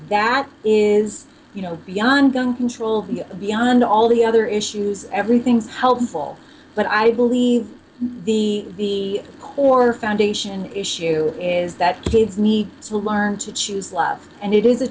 that is you know beyond gun control beyond all the other issues everything's helpful but i believe the or or foundation issue is that kids need to learn to choose love and it is a